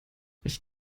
ich